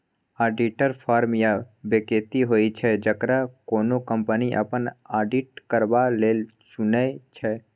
auditor firm या बेकती होइ छै जकरा कोनो कंपनी अपन आडिट करबा लेल चुनै छै